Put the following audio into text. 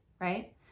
right